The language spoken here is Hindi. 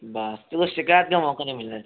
बस तो बस शिकायत का मौका नहीं मिलना चाहिए मेरे को